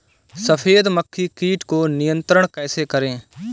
सफेद मक्खी कीट को नियंत्रण कैसे करें?